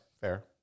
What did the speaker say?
fair